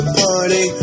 party